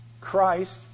Christ